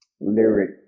lyric